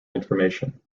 information